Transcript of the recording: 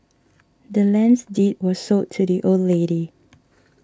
the land's deed was sold to the old lady